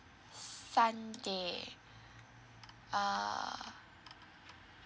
sunday err